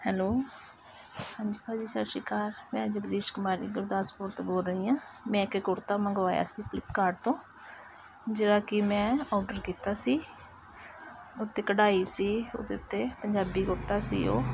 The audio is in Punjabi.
ਹੈਲੋ ਹਾਂਜੀ ਭਾਅ ਜੀ ਸਤਿ ਸ਼੍ਰੀ ਅਕਾਲ ਮੈਂ ਜਗਦੀਸ਼ ਕੁਮਾਰੀ ਗੁਰਦਾਸਪੁਰ ਤੋਂ ਬੋਲ ਰਹੀ ਹਾਂ ਮੈਂ ਇੱਕ ਕੁੜਤਾ ਮੰਗਵਾਇਆ ਸੀ ਫਲਿੱਪਕਾਰਟ ਤੋਂ ਜਿਹੜਾ ਕਿ ਮੈਂ ਔਰਡਰ ਕੀਤਾ ਸੀ ਉਹ 'ਤੇ ਕਢਾਈ ਸੀ ਉਹਦੇ ਉੱਤੇ ਪੰਜਾਬੀ ਕੁੜਤਾ ਸੀ ਉਹ